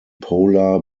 polar